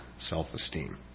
self-esteem